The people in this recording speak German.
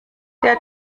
der